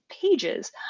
pages